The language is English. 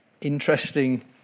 interesting